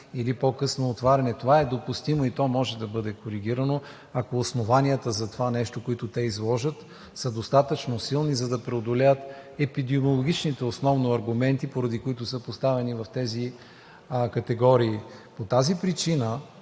или по-късно отваряне, това е допустимо и то може да бъде коригирано, ако основанията за това нещо, които те изложат, са достатъчно силни, за да преодолеят основно епидемиологичните аргументи, поради които са поставени в тези категории. По тази причина